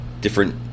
different